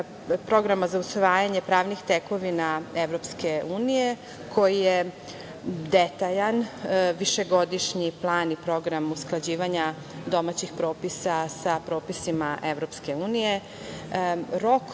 programa za usvajanje pravnih tekovina EU koji je detaljan, višegodišnji plan i program usklađivanja domaćih propisa sa propisima EU. Rok koji